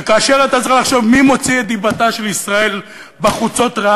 וכאשר אתה צריך לחשוב מי מוציא את דיבתה של ישראל רעה בחוצות,